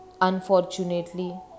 Unfortunately